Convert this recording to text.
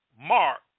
Mark